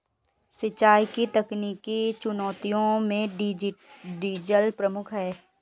सिंचाई की तकनीकी चुनौतियों में डीजल प्रमुख है